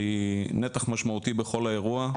שהיא נתח משמעותי בכל האירוע,